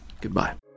goodbye